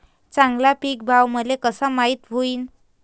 चांगला पीक भाव मले कसा माइत होईन?